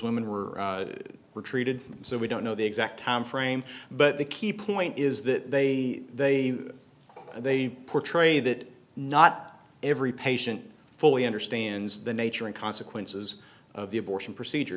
women were were treated so we don't know the exact timeframe but the key point is that they they they portray that not every patient fully understands the nature and consequences of the abortion procedure